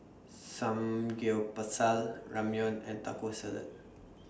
Samgyeopsal Ramyeon and Taco Salad